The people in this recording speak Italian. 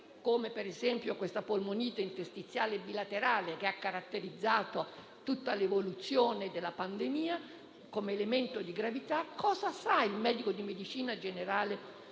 come per esempio quello della polmonite interstiziale bilaterale, che ha caratterizzato tutta l'evoluzione della pandemia come elemento di gravità; cosa sa il medico di medicina generale